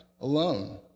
alone